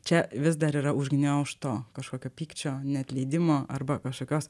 čia vis dar yra užgniaužto kažkokio pykčio neatleidimo arba kažkokios